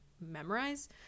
memorize